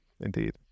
Indeed